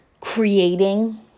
creating